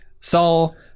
Saul